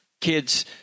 kids